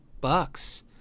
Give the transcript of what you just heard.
bucks